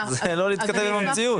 זה לא מתכתב עם המציאות.